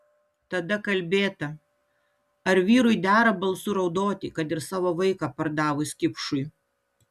tada kalbėta ar vyrui dera balsu raudoti kad ir savo vaiką pardavus kipšui